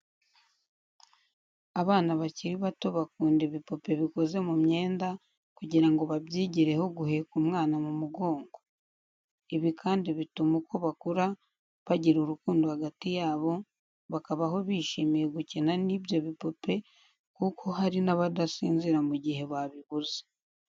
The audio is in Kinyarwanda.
Abana bakiri bato bakunda ibipupe bikoze mu myenda kugira ngo babyigireho guheka umwana mu mugongo. Ibi kandi bituma uko bakura bagira urukundo hagati yabo, bakabaho bishimiye gukina n'ibyo bipupe kuko hari n'abadasinzira mu gihe babibuze.